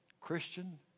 Christian